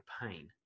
pain